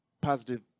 positive